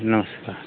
नमस्कार